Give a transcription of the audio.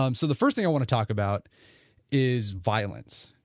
um so, the first thing i want to talk about is violence,